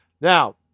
Now